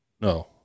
no